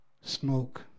Smoke